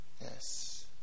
Yes